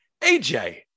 AJ